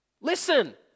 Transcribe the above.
Listen